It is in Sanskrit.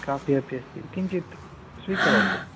काफ़ि अपि अस्ति किञ्चित् स्वीकरोतु